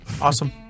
Awesome